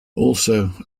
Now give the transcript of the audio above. also